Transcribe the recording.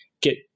get